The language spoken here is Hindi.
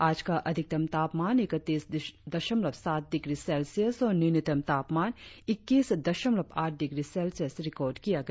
आज का अधिकतम तापमान इकतीस दशमलव सात डिग्री सेल्सियस और न्यूनतम तापमान इक्कीस दशमलव आठ डिग्री सेल्सियस रिकार्ड किया गया